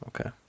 Okay